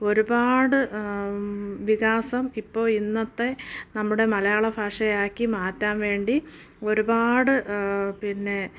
ഒരുപാട് വികസനം ഇപ്പോൾ ഇന്നത്തെ നമ്മുടെ മലയാള ഭാഷയാക്കി മാറ്റാൻ വേണ്ടി ഒരുപാട് പിന്നെ